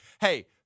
hey